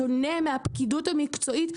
בשונה מהפקידות המקצועית,